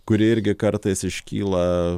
kurie irgi kartais iškyla